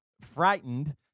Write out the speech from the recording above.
frightened